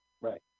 Right